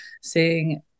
seeing